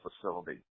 facility